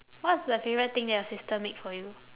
what's the favourite thing that your sister make for you